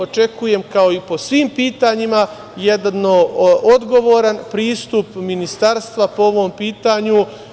Očekujem, kao i po svim pitanjima, jedan odgovoran pristup ministarstva po ovom pitanju.